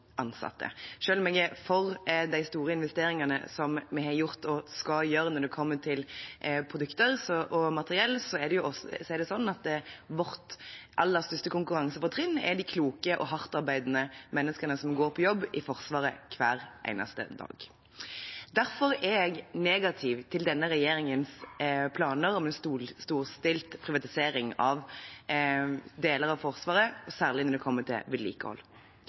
ansatte, selv om jeg er for de store investeringene vi har gjort og skal gjøre. Når det kommer til produkter og materiell, er vårt aller største konkurransefortrinn de kloke og hardtarbeidende menneskene som går på jobb i Forsvaret, hver eneste dag. Derfor er jeg negativ til denne regjeringens planer om en storstilt privatisering av deler av Forsvaret, særlig når det kommer til vedlikehold.